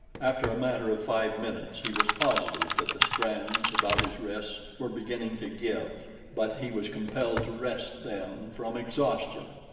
after a matter of five minutes he was positive that the strands about his wrists were beginning to give but he was compelled to rest then from exhaustion.